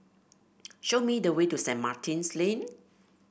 show me the way to Saint Martin's Lane